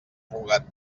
rugat